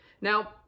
Now